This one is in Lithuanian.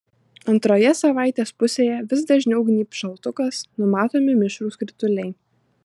antroje savaitės pusėje vis dažniau gnybs šaltukas numatomi mišrūs krituliai